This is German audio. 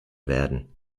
werden